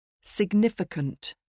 Significant